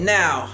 now